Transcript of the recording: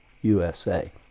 USA